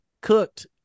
cooked